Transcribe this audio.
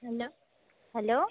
hello hello